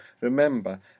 Remember